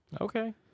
Okay